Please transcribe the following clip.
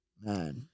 Man